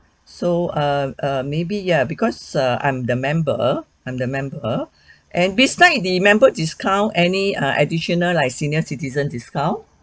so err err maybe ya because err I'm the member I'm the member and beside the members discount any err additional like senior citizen discount